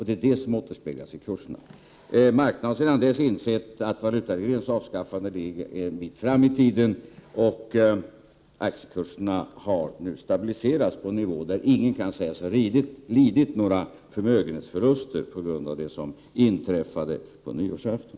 Det är detta som återspeglas i kurserna. På marknaden har man sedan offentliggörandet skedde insett att ett avskaffande av valutaregleringen ligger en bit fram i tiden. Aktiekurserna har nu stabiliserats på en nivå där ingen kan sägas ha lidit några förmögenhetsförluster på grund av det som inträffade på nyårsafton.